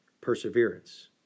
perseverance